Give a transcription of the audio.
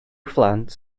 phlant